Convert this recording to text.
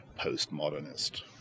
postmodernist